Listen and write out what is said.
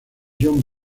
john